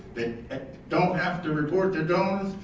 that don't have to report their donors.